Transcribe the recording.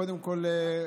קודם כול,